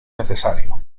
necesario